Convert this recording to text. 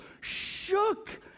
shook